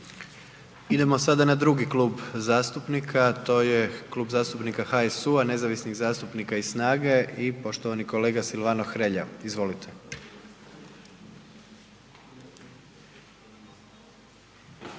Idemo sada na drugi klub zastupnika, to je Klub zastupnika HSU-a, nezavisnih zastupnika i SNAGA-e i poštovani kolega Silvano Hrelja, izvolite.